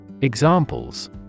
Examples